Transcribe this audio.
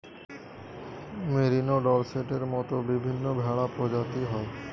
merino, ডর্সেটের মত বিভিন্ন ভেড়া প্রজাতি হয়